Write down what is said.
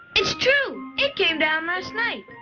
it's true. it came down last night.